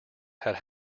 had